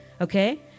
Okay